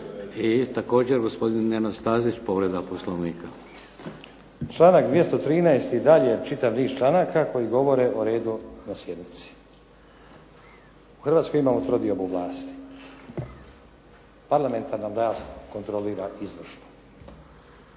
I također gosopdin Nenad Stazić, povreda Poslovnika. **Stazić, Nenad (SDP)** Članak 213. i dalje čitav niz članaka koji govore o redu na sjednici. U Hrvatskoj imamo trodiobu vlasti. Parlamentarna vlast kontrolira izvršnu.